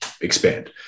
expand